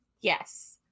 yes